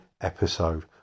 episode